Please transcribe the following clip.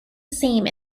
same